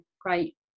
great